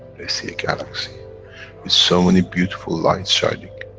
they see a galaxy, with so many beautiful lights shining.